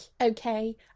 okay